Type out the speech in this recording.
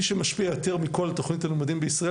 מי שמשפיע יותר מכל על תוכנית הלימודים במדינת ישראל,